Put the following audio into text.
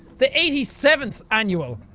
the eighty seventh annual.